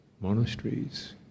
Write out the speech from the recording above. monasteries